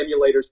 emulators